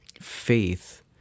faith